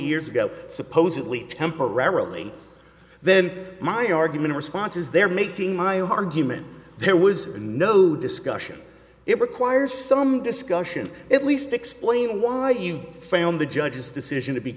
years ago supposedly temporarily then my argument response is they're making my argument there was no discussion it requires some discussion at least explain why you found the judge's decision